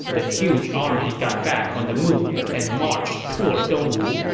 the huge army got back on the move and marched toward dongwu,